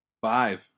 Five